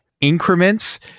increments